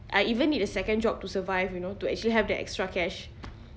I even need a second job to survive you know to actually have the extra cash